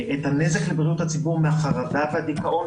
הנזק לבריאות הציבור מהחרדה והדיכאון,